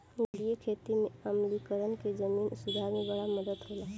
जलीय खेती में आम्लीकरण के जमीन सुधार में बड़ा मदद होला